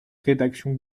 rédaction